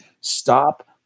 Stop